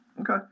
Okay